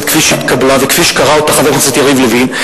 כפי שהתקבלה וכפי שקרא אותה חבר הכנסת יריב לוין,